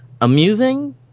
amusing